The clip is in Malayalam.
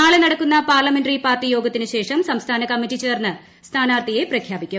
നാളെ നടക്കുന്ന പാർലമെന്ററി പാർട്ടി യോഗത്തിന് ശേഷം സംസ്ഥാന കമ്മിറ്റി ചേർന്ന് സ്ഥാനാർത്ഥിയെ പ്രഖ്യാപിക്കും